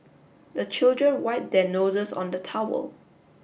the children wipe their noses on the towel